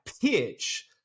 pitch